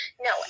No